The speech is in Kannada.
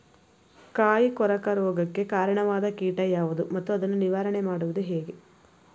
ಕಾಯಿ ಕೊರಕ ರೋಗಕ್ಕೆ ಕಾರಣವಾದ ಕೀಟ ಯಾವುದು ಮತ್ತು ಅದನ್ನು ನಿವಾರಣೆ ಮಾಡುವುದು ಹೇಗೆ?